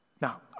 Now